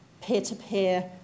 peer-to-peer